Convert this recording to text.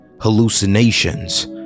hallucinations